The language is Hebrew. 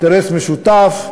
אינטרס משותף,